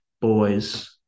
boys